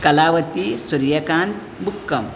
Kalavati Suryakant Bukkam